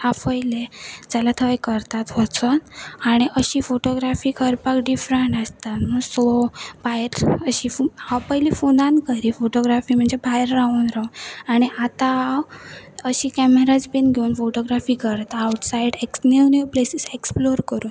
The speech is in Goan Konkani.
आफयलें जाल्या थंय करतात वचोन आनी अशी फोटोग्राफी करपाक डिफरंट आसता न्हू सो भायर अशी हांव पयलीं फोनान करी फोटोग्राफी म्हणजे भायर रावून राव आनी आतां हांव अशी कॅमेराज बीन घेवन फोटोग्राफी करता outside new new places explore करूं